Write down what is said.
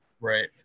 right